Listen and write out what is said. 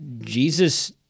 Jesus